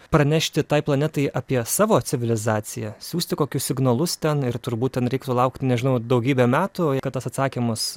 pranešti tai planetai apie savo civilizaciją siųsti kokius signalus ten ir turbūt ten reiktų laukti nežinau daugybę metų kad tas atsakymas